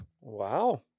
Wow